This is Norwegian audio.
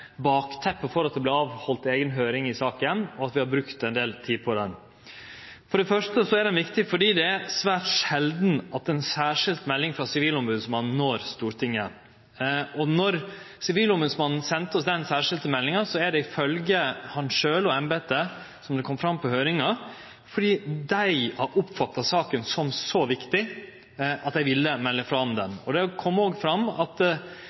bakteppet for at ein heldt eiga høyring i saka, og at vi har brukt ein del tid på ho. For det første er saka viktig fordi det er svært sjeldan at ei særskilt melding frå Sivilombodsmannen når Stortinget. Når Sivilombodsmannen sendte oss den særskilte meldinga, var det ifølgje han sjølv og embetet, som det kom fram i høyringa, fordi dei har oppfatta saka som så viktig at dei ville melde frå om ho. Det kom òg fram av det Sivilombodsmannen sa, at